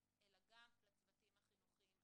אלא גם לצוותים החינוכיים.